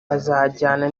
azajyana